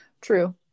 true